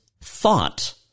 thought